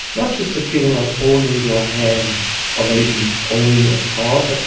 not just a feeling of owning your hand or maybe owning a thought,